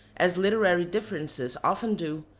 as literary differences often do,